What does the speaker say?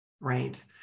right